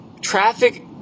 traffic